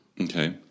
Okay